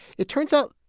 it turns out,